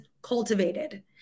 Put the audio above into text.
Cultivated